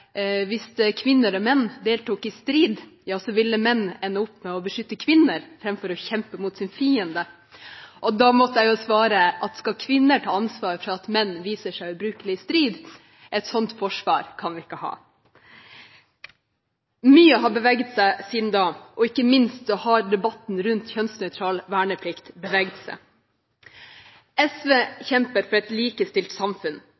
hvis kvinner og menn deltok i strid, ville menn ende opp med å beskytte kvinner framfor å kjempe mot sin fiende. Da måtte jeg svare: Skal kvinner ta ansvar for at menn viser seg ubrukelige i strid? Et sånt forsvar kan vi ikke ha. Mye har beveget seg siden da – ikke minst har debatten rundt kjønnsnøytral verneplikt beveget seg. SV kjemper for et likestilt samfunn.